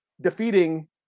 Defeating